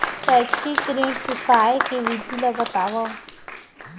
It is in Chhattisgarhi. शैक्षिक ऋण चुकाए के विधि ला बतावव